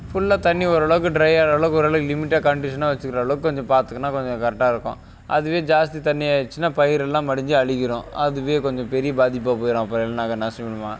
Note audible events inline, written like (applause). ஃபுல்லா தண்ணி ஓரளவுக்கு ட்ரையாகிற அளவுக்கு ஓரளவுக்கு லிமிட்டாக கண்டிஷனாக வெச்சுக்கிற அளவுக்கு கொஞ்சம் பார்த்துக்குனா கொஞ்சம் கரட்டாக இருக்கும் அதுவுவே ஜாஸ்தி தண்ணியாடுச்சினா பயிரெல்லாம் மடிஞ்சு அழுகிடும் அதுவே கொஞ்சம் பெரிய பாதிப்பாக போயிடும் அப்புறம் (unintelligible)